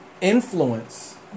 influence